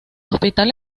hospital